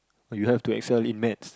or you have excel in maths